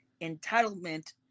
entitlement